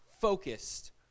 focused